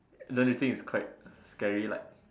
don't you think it's quite scary like